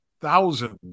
thousands